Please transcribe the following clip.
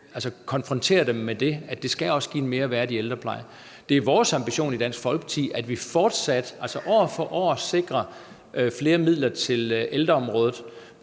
kunne konfrontere dem med det, da det også skal give en mere værdig ældrepleje. Det er vores ambition i Dansk Folkeparti, at vi fortsat, altså år for år, sikrer flere midler til ældreområdet.